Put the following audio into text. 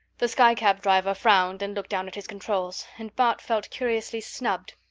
the skycab driver frowned and looked down at his controls, and bart felt curiously snubbed.